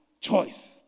choice